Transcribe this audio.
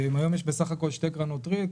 היום יש סך הכל שתי קרנות ריט.